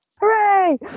Hooray